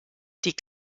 die